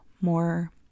more